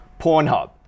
Pornhub